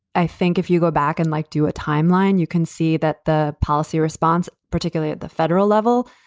i think if you go back and, like, do a timeline, you can see that the policy response, particularly at the federal level,